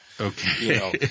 Okay